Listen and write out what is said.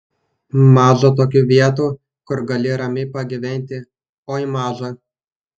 maža tokių vietų kur gali ramiai pagyventi oi maža